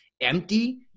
empty